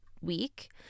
week